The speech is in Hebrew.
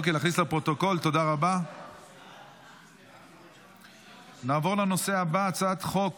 25. אני מודיע שהצעת חוק